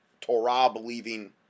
Torah-believing